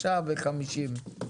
49 ו-50.